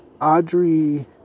Audrey